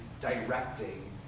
directing